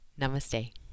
Namaste